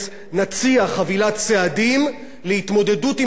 נציע חבילת צעדים להתמודדות עם המשבר בשוק התקשורת.